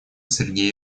сергей